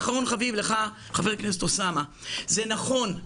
ואחרון חביב, חבר הכנסת אוסאמה סעדי, זה נכון,